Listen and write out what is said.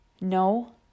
No